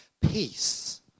peace